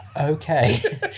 Okay